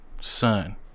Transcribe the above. son